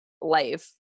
life